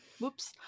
whoops